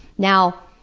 now,